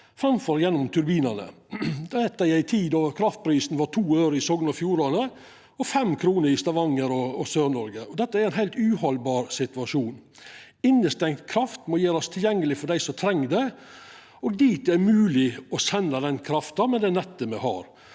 framfor gjennom turbinane. Dette var i ei tid då kraftprisen var 2 øre i Sogn og Fjordane og 5 kr i Stavanger og Sør-Noreg. Dette er ein heilt uhaldbar situasjon. Innestengd kraft må gjerast tilgjengeleg for dei som treng ho, og der det er mogleg å senda den krafta med det nettet me har.